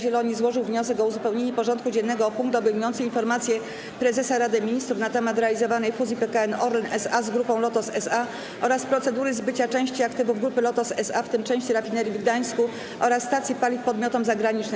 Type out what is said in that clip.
Zieloni złożył wniosek o uzupełnienie porządku dziennego o punkt obejmujący informację Prezesa Rady Ministrów na temat realizowanej fuzji PKN Orlen SA z Grupą Lotos SA oraz procedury zbycia części aktywów Grupy Lotos SA, w tym części rafinerii w Gdańsku oraz stacji paliw, podmiotom zagranicznym.